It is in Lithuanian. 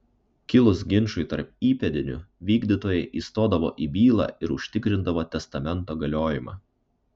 kilus ginčui tarp įpėdinių vykdytojai įstodavo į bylą ir užtikrindavo testamento galiojimą